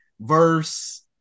Verse